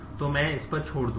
तो मैं इस पर छोड़ दूंगा